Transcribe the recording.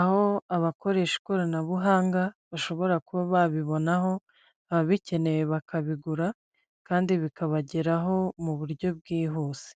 aho abakoresha ikoranabuhanga bashobora kuba babibonaho ababikeneye bakabigura kandi bikabageraho mu buryo bwihuse.